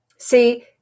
See